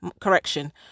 correction